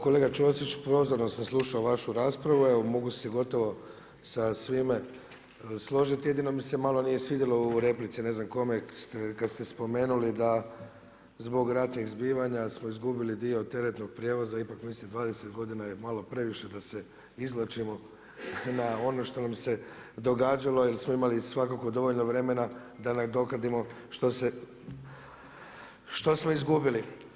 Kolega Ćosić, pozorno sam slušao vašu raspravu, evo mogu se gotovo sa svime složiti, jedino mi se malo nije svidjelo u replici ne znam kome kada ste spomenuli da zbog ratnih zbivanja smo izgubili dio teretnog prijevoza, ipak mislim 20 godina je malo previše da se izvlačimo na ono što nam se događalo jer smo imali svakako dovoljno vremena da nadoknadimo što smo izgubili.